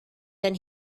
than